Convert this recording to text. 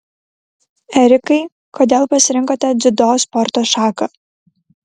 erikai kodėl pasirinkote dziudo sporto šaką